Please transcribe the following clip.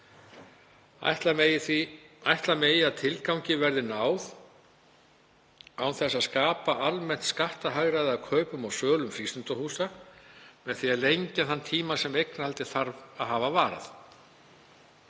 Ætla megi að tilgangi verði náð án þess að skapa almennt skattahagræði af kaupum og sölum frístundahúsa með því að lengja þann tíma sem eignarhaldið þarf að hafa varað.